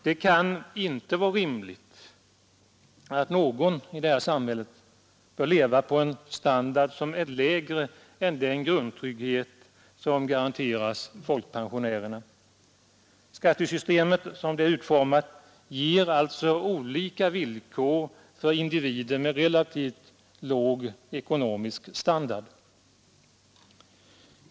Det kan inte vara rimligt att någon bör leva på en standard som är lägre än den grundtrygghet som garanteras folkpensionärerna. Skattesystemet, såsom det är utformat, ger alltså olika villkor för individer med relativt låg ekonomisk standard.